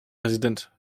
präsident